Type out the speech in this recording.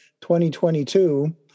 2022